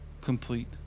complete